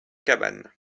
cabanes